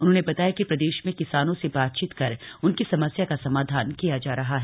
उन्होंने बताया कि प्रदेशमें किसानों से बातचीत कर उनकी समस्या का समाधान किया जा रहा है